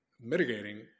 mitigating